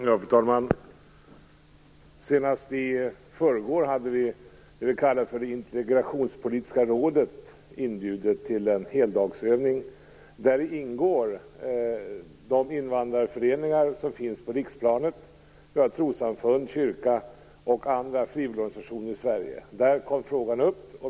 Fru talman! Senast i förrgår hade vad vi kallar för det integrationspolitiska rådet bjudit in till en heldag. I detta råd ingår de invandrarföreningar som finns på riksplanet. Också trossamfund, kyrka och andra frivilligorganisationer i Sverige ingår. Då kom frågan upp.